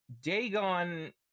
Dagon